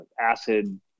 acid